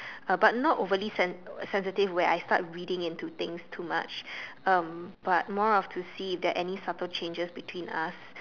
uh but not overly sen~ sensitive where I start reading into things too much um but more of to see if there are any subtle changes between us